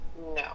no